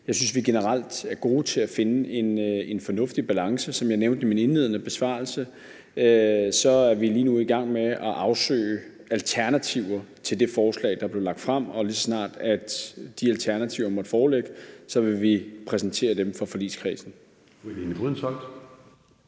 Jeg synes, vi generelt er gode til at finde en fornuftig balance. Som jeg nævnte i min indledende besvarelse, er vi lige nu i gang med at afsøge alternativer til det forslag, der blev lagt frem. Lige så snart de alternativer måtte foreligge, vil vi præsentere dem for forligskredsen.